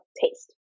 taste